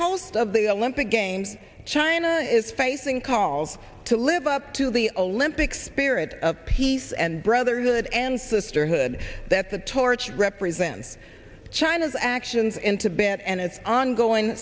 host of the olympic games china is facing calls to live up to the olympic spirit of peace and brotherhood and sisterhood that the torch represents china's actions in tibet and its ongoing